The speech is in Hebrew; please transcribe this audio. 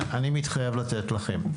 אני מתחייב לתת לכם.